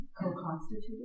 co-constituted